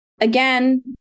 again